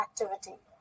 activity